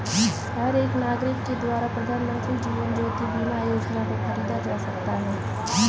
हर एक नागरिक के द्वारा प्रधानमन्त्री जीवन ज्योति बीमा योजना को खरीदा जा सकता है